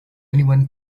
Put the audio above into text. anyone